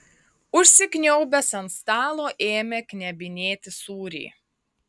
užsikniaubęs ant stalo ėmė knebinėti sūrį